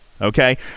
okay